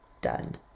done